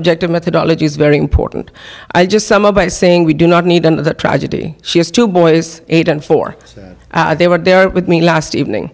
objective methodology is very important i just sum up by saying we do not need another tragedy she has two boys eight and four they were there with me last evening